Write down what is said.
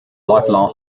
lifelong